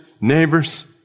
neighbors